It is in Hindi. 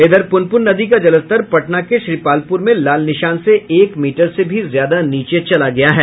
इधर पुनपुन नदी का जलस्तर पटना के श्रीपालपुर में लाल निशान से एक मीटर से भी ज्यादा नीचे चला गया है